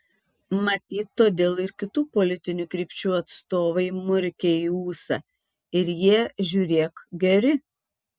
matyt todėl ir kitų politinių krypčių atstovai murkia į ūsą ir jie žiūrėk geri